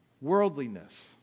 worldliness